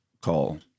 call